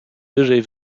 wyżej